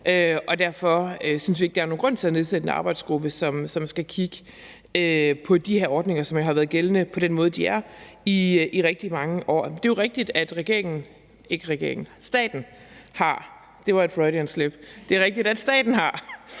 Derfor synes vi ikke, der er nogen grund til at nedsætte en arbejdsgruppe, som skal kigge på de her ordninger, som jo har været gældende på den måde, de er, i rigtig mange år. Det er jo rigtigt, at staten selvfølgelig har indtægter fra de renter, som tilskrives su-lån. Staten har